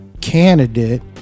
Candidate